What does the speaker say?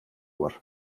var